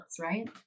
right